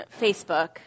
Facebook